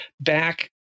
back